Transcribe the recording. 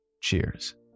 Cheers